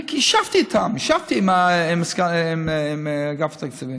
אני ישבתי איתם, ישבתי עם אגף התקציבים.